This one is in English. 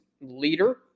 leader